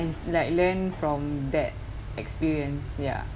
and like learn from that experience ya